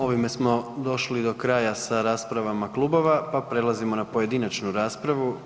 Ovime smo došli do kraja sa raspravama klubova pa prelazimo na pojedinačnu raspravu.